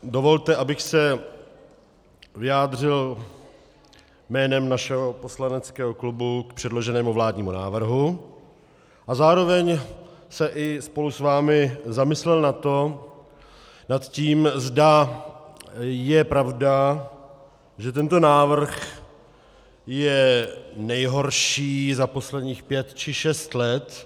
Dovolte, abych se vyjádřil jménem našeho poslaneckého klubu k předloženému vládnímu návrhu a zároveň se i spolu s vámi zamyslel nad tím, zda je pravda, že tento návrh je nejhorší za posledních pět či šest let.